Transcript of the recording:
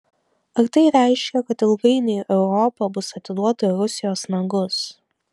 ar tai reiškia kad ilgainiui europa bus atiduota į rusijos nagus